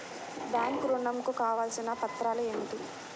Bank ఋణం కు కావలసిన పత్రాలు ఏమిటి?